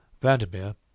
Vandermeer